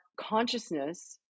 consciousness-